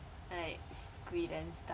like squid and stuff